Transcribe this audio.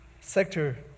sector